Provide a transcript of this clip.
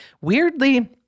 weirdly